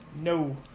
no